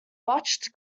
botched